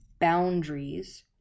boundaries